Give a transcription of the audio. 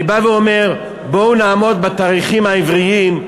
אני בא ואומר: בואו נעמוד בתאריכים העבריים,